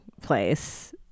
place